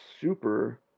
super